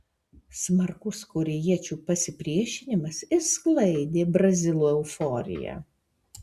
smarkus korėjiečių pasipriešinimas išsklaidė brazilų euforiją